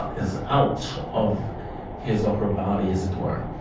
ah is out of his or her body as it were.